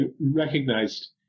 recognized